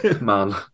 man